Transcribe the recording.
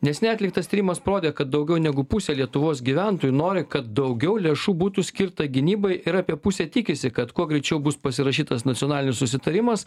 neseniai atliktas tyrimas parodė kad daugiau negu pusė lietuvos gyventojų nori kad daugiau lėšų būtų skirta gynybai ir apie pusė tikisi kad kuo greičiau bus pasirašytas nacionalinis susitarimas